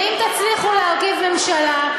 ואם תצליחו להרכיב ממשלה,